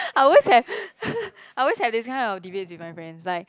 I always have I always have this kind of debates with my friends like